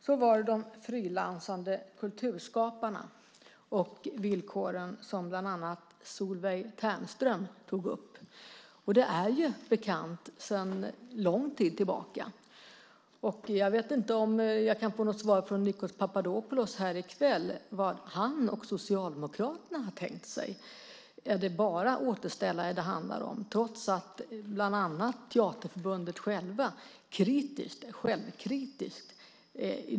Så var det frågan om villkoren för de frilansande kulturskaparna, som bland annat Solveig Ternström tog upp. Det är bekant sedan lång tid tillbaka. Jag vet inte om jag kan få något svar från Nikos Papadopoulos här i kväll om vad han och Socialdemokraterna har tänkt sig. Är det bara återställare det handlar om, trots att bland annat Teaterförbundet självt är självkritiskt?